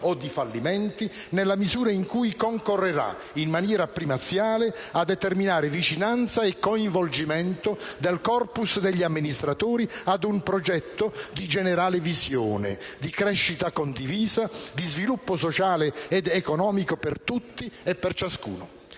o di fallimenti nella misura in cui concorrerà, in maniera primaziale, a determinare vicinanza e coinvolgimento del *corpus* degli amministrati ad un progetto di generale visione, di crescita condivisa, di sviluppo sociale ed economico per tutti e per ciascuno.